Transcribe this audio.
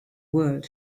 world